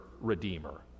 redeemer